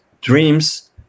dreams